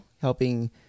helping